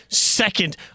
second